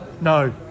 No